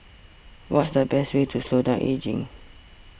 what's the best way to slow down ageing